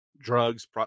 drugs